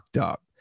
up